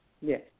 Yes